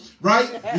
right